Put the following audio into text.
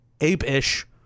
ape-ish